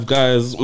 guys